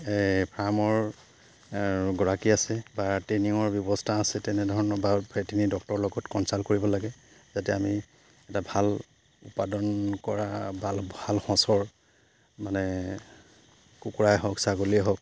ফাৰ্মৰ গৰাকী আছে বা ট্ৰেইনিঙৰ ব্যৱস্থা আছে তেনেধৰণৰ বা ভেটেনেৰি ডক্তৰ লগত কনছাল্ট কৰিব লাগে যাতে আমি এটা ভাল উৎপাদন কৰা ভাল ভাল সঁচৰ মানে কুকুৰাই হওক ছাগলীয়ে হওক